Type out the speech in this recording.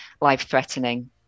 life-threatening